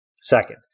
second